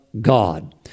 God